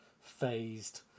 phased